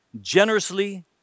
generously